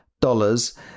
dollars